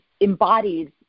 embodies